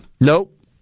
Nope